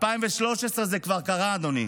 ב-2013 זה כבר קרה, אדוני.